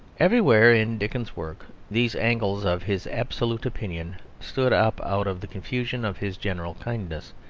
everywhere in dickens's work these angles of his absolute opinion stood up out of the confusion of his general kindness,